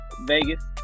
Vegas